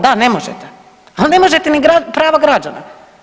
Da, ne možete, a ne možete ni prava građana.